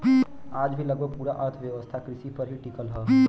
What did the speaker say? आज भी लगभग पूरा अर्थव्यवस्था कृषि पर ही टिकल हव